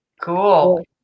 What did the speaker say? Cool